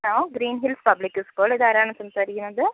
hello Green Hills Public School ഇത് ആരാണ് സംസാരിക്കുന്നത്